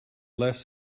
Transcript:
less